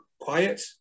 quiet